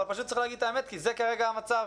אבל פשוט צריך להגיד את האמת כי זה כרגע המצב.